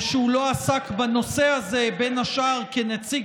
ושהוא לא עסק בנושא הזה בין השאר כנציג